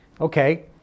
Okay